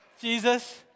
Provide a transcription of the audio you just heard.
Jesus